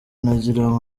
nagirango